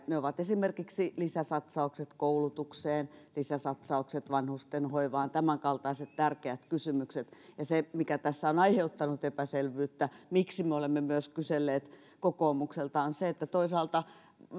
niitä ovat esimerkiksi lisäsatsaukset koulutukseen lisäsatsaukset vanhustenhoivaan tämänkaltaiset tärkeät kysymykset se mikä tässä on aiheuttanut epäselvyyttä ja miksi me olemme myös kyselleet kokoomukselta on se että toisaalta